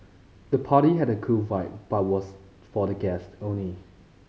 the party had a cool vibe but was for the guests only